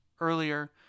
earlier